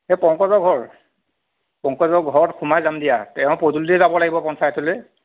পংকজৰ ঘৰ পংকজৰ ঘৰত সোমাই যাম দিয়া তেওঁৰ পদূলিৰে যাব লাগিব পঞ্চায়তলৈ